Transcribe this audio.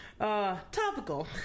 Topical